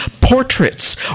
portraits